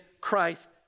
Christ